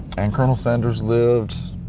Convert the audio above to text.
and colonel sanders lived,